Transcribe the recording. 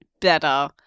better